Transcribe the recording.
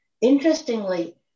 interestingly